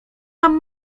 mam